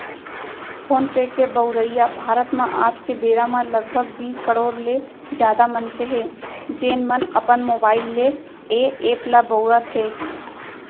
phone पे के बउरइया भारत म आज के बेरा म लगभग बीस करोड़ ले जादा मनसे हें, जेन मन अपन मोबाइल ले ए एप ल बउरत हें